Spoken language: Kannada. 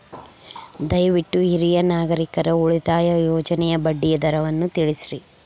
ದಯವಿಟ್ಟು ಹಿರಿಯ ನಾಗರಿಕರ ಉಳಿತಾಯ ಯೋಜನೆಯ ಬಡ್ಡಿ ದರವನ್ನು ತಿಳಿಸ್ರಿ